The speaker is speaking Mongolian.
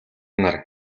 нар